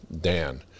Dan